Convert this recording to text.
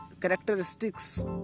characteristics